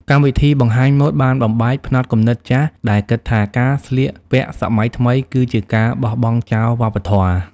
កម្មវិធីបង្ហាញម៉ូដបានបំបែកផ្នត់គំនិតចាស់ដែលគិតថាការស្លៀកពាក់សម័យថ្មីគឺជាការបោះបង់ចោលវប្បធម៌។